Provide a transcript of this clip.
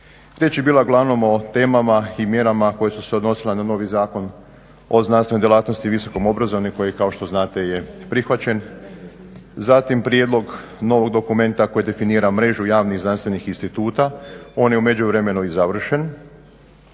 je bila uglavnom o temama i mjerama koje su se odnosile na novi Zakon o znanstvenoj djelatnosti i visokom obrazovanju i koji kao što znate je prihvaćen. Zatim prijedlog novog dokumenta koji definira mrežu javnih, znanstvenih instituta. On je u međuvremenu i završen.